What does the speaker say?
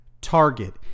target